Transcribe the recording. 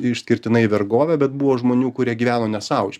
išskirtinai vergovė bet buvo žmonių kurie gyveno ne sau iš